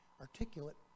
articulate